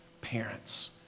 parents